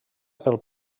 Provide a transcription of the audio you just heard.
pel